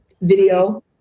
video